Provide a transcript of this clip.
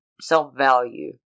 self-value